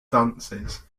dances